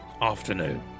Afternoon